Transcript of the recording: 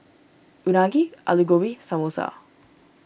Unagi Alu Gobi Samosa